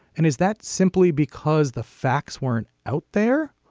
and is that simply because the facts weren't out there.